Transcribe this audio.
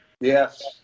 Yes